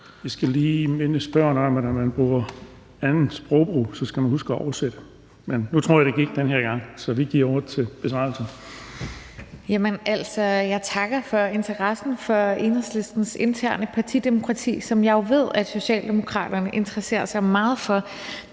om, at når man har sprogbrug, hvor man bruger andre sprog, skal man huske at oversætte det. Men nu tror jeg, det gik den her gang, så vi giver ordet til en besvarelse. Kl. 11:18 Rosa Lund (EL): Jamen altså, jeg takker for interessen for Enhedslistens interne partidemokrati, som jeg jo ved at Socialdemokraterne interesserer sig meget for.